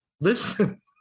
listen